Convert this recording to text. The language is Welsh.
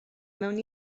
mewn